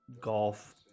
golf